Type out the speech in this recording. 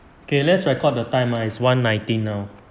okay let's record the time ah it's one nineteen now